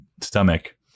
stomach